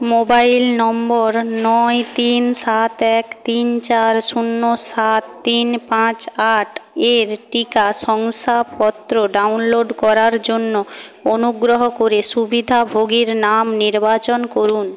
mobile নম্বর নয় তিন সাত এক তিন চার শূন্য সাত তিন পাঁচ আট এর টিকা শংসাপত্র ডাউনলোড করার জন্য অনুগ্রহ করে সুবিধাভোগীর নাম নির্বাচন করুন